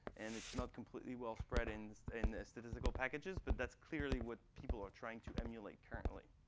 and it's not completely well-spread in so in statistical packages. but that's clearly what people are trying to emulate currently.